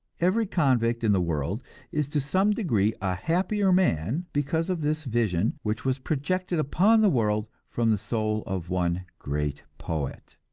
every convict in the world is to some degree a happier man because of this vision which was projected upon the world from the soul of one great poet.